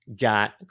got